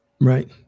Right